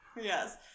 Yes